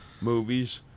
movies